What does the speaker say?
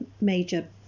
major